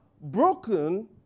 broken